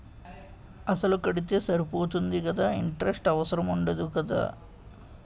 అసలు కడితే సరిపోతుంది కదా ఇంటరెస్ట్ అవసరం ఉండదు కదా?